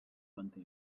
manté